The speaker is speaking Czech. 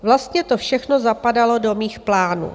Vlastně to všechno zapadalo do mých plánů.